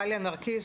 דליה נרקיס,